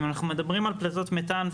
אם אנחנו מדברים על פליטות מתאן,